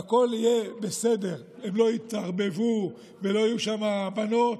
והכול יהיה בסדר, הם לא יתערבבו ולא יהיו שם בנות.